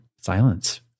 silence